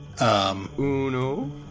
Uno